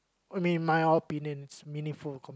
I mean my opinion's meaningful com~